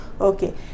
okay